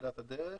מתחילת הדרך.